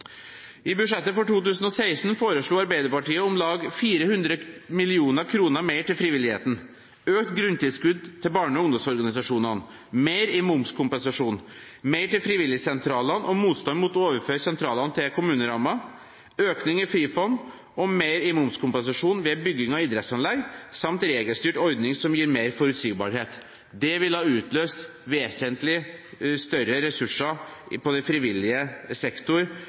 I budsjettet for 2016 foreslo Arbeiderpartiet om lag 400 mill. kr mer til frivilligheten, økt grunntilskudd til barne- og ungdomsorganisasjonene, mer i momskompensasjon, mer til frivillighetssentraler og motstand mot å overføre sentralene til kommunerammer, økning i Frifond og mer i momskompensasjon ved bygging av idrettsanlegg samt en regelstyrt ordning som gir mer forutsigbarhet. Det ville utløst vesentlig større ressurser på den frivillige sektor